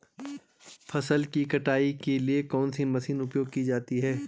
फसल की कटाई के लिए कौन सी मशीन उपयोग की जाती है?